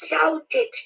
shouted